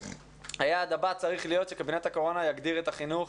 היעד הבא צריך להיות שקבינט הקורונה יגדיר את החינוך